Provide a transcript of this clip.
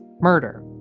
murder